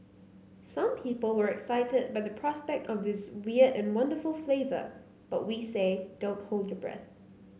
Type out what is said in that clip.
some people were excited by the prospect of this weird and wonderful flavour but we say don't hold your breath